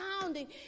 pounding